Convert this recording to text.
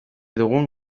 dugun